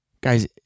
Guys